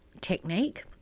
technique